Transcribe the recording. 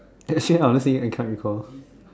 actaully honestly I can't recall